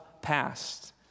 past